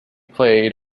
played